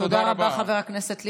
תודה רבה, חבר הכנסת ליברמן.